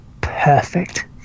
perfect